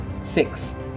Six